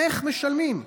איך משלמים?